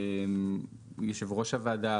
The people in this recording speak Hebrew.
ויושב ראש הוועדה,